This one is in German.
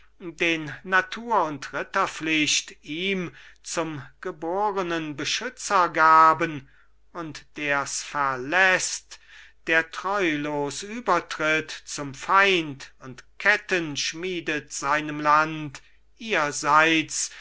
den natur und ritterpflicht ihm zum geborenen beschützer gaben und der's verlässt der treulos übertritt zum feind und ketten schmiedet seinem land ihr seid's